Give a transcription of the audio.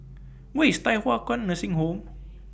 Where IS Thye Hua Kwan Nursing Home